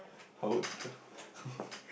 how old